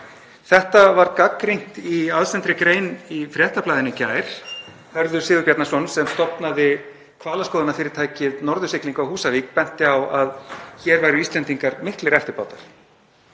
Þetta var gagnrýnt í aðsendri grein í Fréttablaðinu í gær. Hörður Sigurbjarnarson, sem stofnaði hvalaskoðunarfyrirtækið Norðursiglingu á Húsavík, benti á að hér væru Íslendingar miklir eftirbátar.